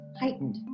heightened